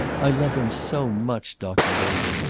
i love him so much, doctor david.